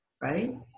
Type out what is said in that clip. right